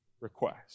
request